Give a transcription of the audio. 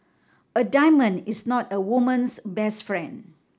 a diamond is not a woman's best friend